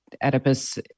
Oedipus